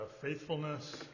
faithfulness